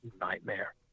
nightmare